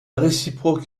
réciproque